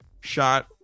shot